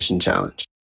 challenge